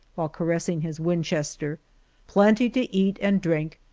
while ca ressing his winchester plenty to eat and drink,